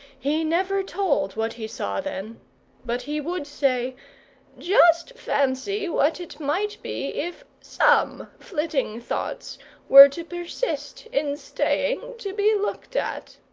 he never told what he saw then but he would say just fancy what it might be if some flitting thoughts were to persist in staying to be looked at.